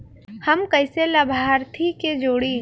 हम कइसे लाभार्थी के जोड़ी?